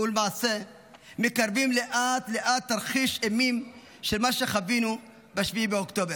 ולמעשה מקרבות לאט לאט תרחיש אימים של מה שחווינו ב-7 באוקטובר.